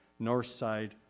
Northside